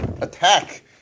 attack